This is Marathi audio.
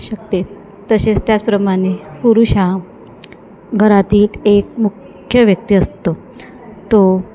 शकते तसेच त्याचप्रमाणे पुरुष हा घरातील एक मुख्य व्यक्ती असतो तो